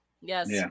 Yes